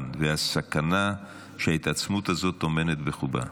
והסכנה שההתעצמות הזאת טומנת בחובה.